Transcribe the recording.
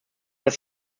dass